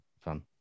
fun